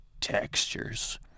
textures